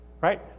Right